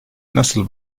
nasıl